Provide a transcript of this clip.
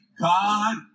God